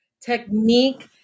Technique